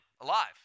alive